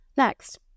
Next